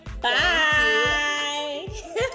bye